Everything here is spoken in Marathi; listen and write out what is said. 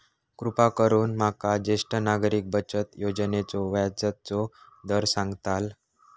कृपा करून माका ज्येष्ठ नागरिक बचत योजनेचो व्याजचो दर सांगताल